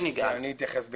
אתייחס לנושא.